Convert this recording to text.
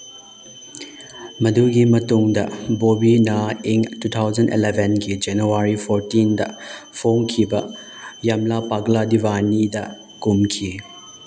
ꯃꯗꯨꯒꯤ ꯃꯇꯨꯡꯗ ꯕꯣꯕꯤꯅ ꯏꯪ ꯇꯨ ꯊꯥꯎꯖꯟ ꯑꯦꯂꯚꯦꯟꯒꯤ ꯖꯅꯋꯥꯔꯤ ꯐꯣꯔꯇꯤꯟꯗ ꯐꯣꯡꯈꯤꯕ ꯌꯥꯝꯂꯥ ꯄꯒꯂꯥ ꯗꯤꯕꯥꯅꯤꯗ ꯀꯨꯝꯈꯤ